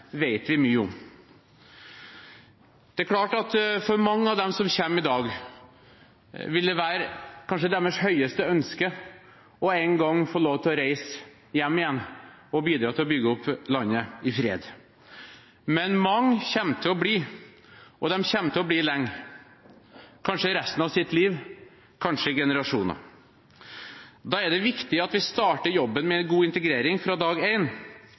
vet vi mye om. Det er klart at for mange av dem som kommer i dag, vil det være deres høyeste ønske en gang å få lov til å reise hjem igjen og bidra til å bygge opp landet i fred. Men mange kommer til å bli, og de kommer til å bli lenge, kanskje resten av sitt liv, kanskje i generasjoner. Da er det viktig at vi starter jobben med god integrering fra dag én. Det er nettopp en